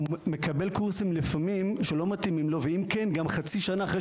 הוא מקבל קורסים שונים שלא מתאימים לו ואם כן גם חצי שנה אחרי